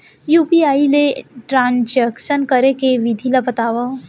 UPI ले transaction करे के विधि ला बतावव?